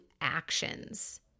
actions